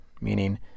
meaning